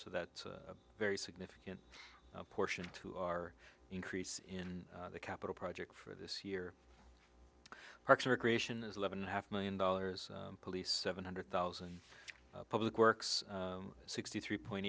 so that's a very significant portion to our increase in the capital project for this year parks and recreation is eleven and a half million dollars police seven hundred thousand public works sixty three point